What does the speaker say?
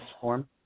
form